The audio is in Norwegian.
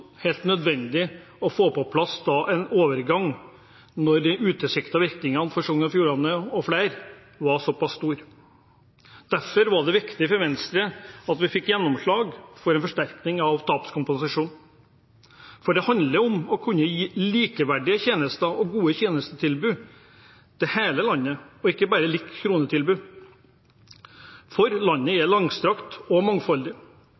helt nødvendig å få på plass en overgang, når de utilsiktede virkningene for Sogn og Fjordane – og flere fylker – var såpass stor. Derfor var det viktig for Venstre at vi fikk gjennomslag for en forsterkning av tapskompensasjonen. Det handler om å kunne gi likeverdige tjenester og gode tjenestetilbud til hele landet, og ikke bare et likt kronetilbud, for landet er langstrakt og mangfoldig.